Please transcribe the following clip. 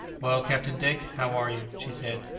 well, captain dick, how are you? she said,